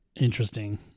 interesting